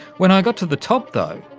when i got to the top though,